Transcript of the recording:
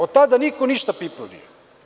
Od tada niko ništa pipnuo nije.